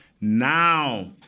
now